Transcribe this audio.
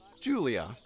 Julia